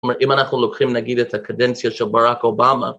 זאת אומרת, אם אנחנו לוקחים נגיד את הקדנציה של ברק אובמה